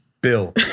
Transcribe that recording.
Bill